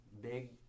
big